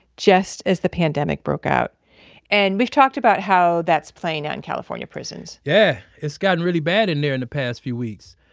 just as the pandemic broke out and we've talked about how that's playing out in california prisons yeah. it's gotten really bad in there in the past few weeks.